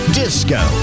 disco